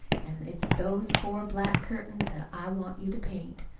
and it's those four black curtains that i want you to paint.